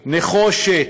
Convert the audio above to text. נחושת,